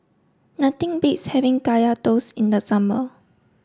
nothing beats having Kaya Toast in the summer